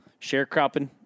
sharecropping